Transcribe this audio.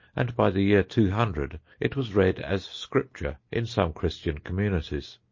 and by the year two hundred it was read as scripture in some christian communities.